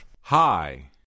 Hi